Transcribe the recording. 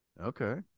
Okay